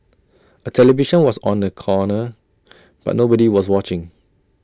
A television was on the corner but nobody was watching